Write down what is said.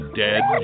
dead